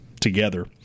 together